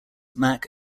mac